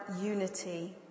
unity